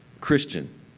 Christian